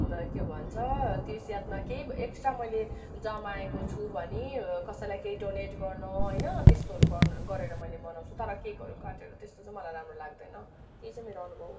के भन्छ त्यस यादमा केही एक्स्ट्रा मैले जमाएको छु भने कसैलाई केही डोनेट गर्न होइन त्यस्तोहरू गर्न गरेर मनाउँछु तर केकहरू काटेर त्यस्तो चाहिँ मलाई राम्रो लाग्दैन त्यही चाहिँ मेरो अनुभव हो